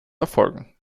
erfolgen